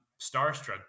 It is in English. starstruck